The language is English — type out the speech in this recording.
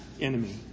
enemy